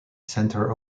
center